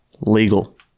Legal